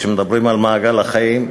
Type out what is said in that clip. כשמדברים על מעגל החיים,